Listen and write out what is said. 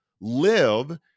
live